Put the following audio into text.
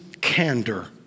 candor